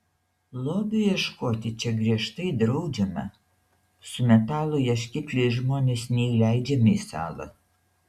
lobių ieškoti čia griežtai draudžiama su metalo ieškikliais žmonės neįleidžiami į salą